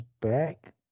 back